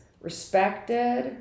respected